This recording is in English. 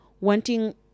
wanting